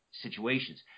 situations